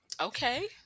okay